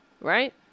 Right